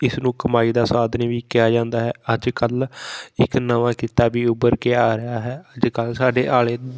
ਕਿਸ ਨੂੰ ਕਮਾਈ ਦਾ ਸਾਧਨ ਵੀ ਕਿਹਾ ਜਾਂਦਾ ਹੈ ਅੱਜ ਕੱਲ੍ਹ ਇੱਕ ਨਵਾਂ ਕਿੱਤਾ ਵੀ ਉੱਭਰ ਕੇ ਆ ਰਿਹਾ ਹੈ ਅੱਜ ਕੱਲ੍ਹ ਸਾਡੇ ਆਲੇ